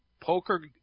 poker